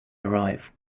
arrive